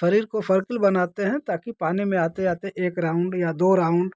शरीर को सर्किल बनाते हैं ताकि पानी में आते आते एक राउंड या दो राउंड